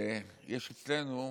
יש אצלנו,